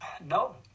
No